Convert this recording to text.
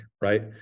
right